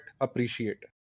appreciate